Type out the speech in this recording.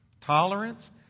tolerance